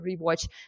rewatch